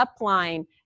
upline